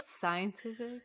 scientific